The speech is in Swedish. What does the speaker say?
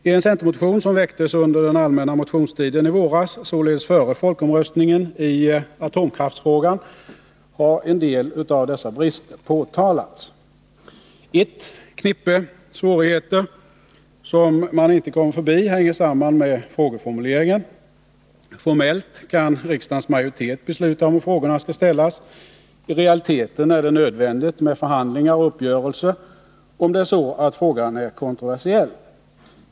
I en centermotion som väcktes under den allmänna motionstiden i våras, således före folkomröstningen i atomkraftsfrågan, har en del av dessa brister påtalats. Ett knippe av svårigheter som man inte kommer förbi hänger samman med frågeformuleringen. Formellt kan riksdagens majoritet besluta om hur frågorna skall ställas. I realiteten är det nödvändigt med förhandlingar och uppgörelser, om frågan är kontroversiell.